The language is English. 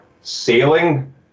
sailing